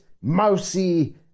mousy